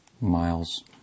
miles